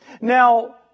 Now